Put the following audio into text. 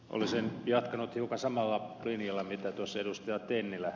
olisin jatkanut hiukan samalla linjalla mitä ed